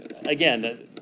again